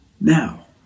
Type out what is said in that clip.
now